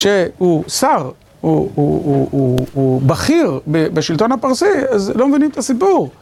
כשהוא שר, הוא בכיר בשלטון הפרסי, אז לא מבינים את הסיפור.